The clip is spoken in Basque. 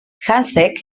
hansek